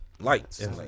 lights